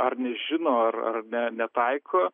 ar nežino ar ar ne netaiko